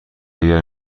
اگر